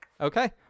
Okay